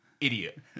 Idiot